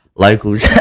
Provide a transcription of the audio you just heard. Locals